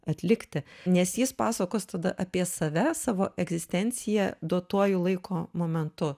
atlikti nes jis pasakos tada apie save savo egzistenciją duotuoju laiko momentu